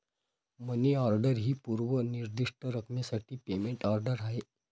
मनी order ही पूर्व निर्दिष्ट रकमेसाठी पेमेंट ऑर्डर आहे